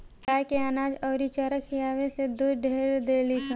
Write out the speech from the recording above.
गाय के अनाज अउरी चारा खियावे से दूध ढेर देलीसन